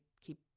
keep